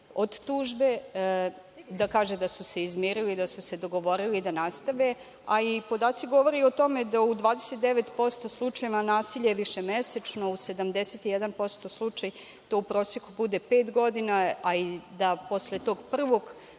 od tužbe, da kaže da su se izmirili, da su se dogovorili da nastavi. Podaci govore i o tome da u 29% slučajeva nasilje je višemesečno, u 71% to u proseku bude pet godina, a i da posle tog prvog